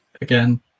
again